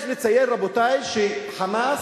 יש לציין, רבותי, ש"חמאס"